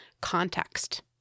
context